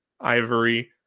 ivory